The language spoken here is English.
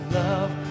love